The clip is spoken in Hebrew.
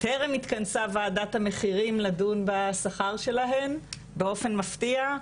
טרם התכנסה וועדת המחירים לדון בשכר שלהן וזה באופן מפתיע.